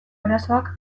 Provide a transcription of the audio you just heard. arazoak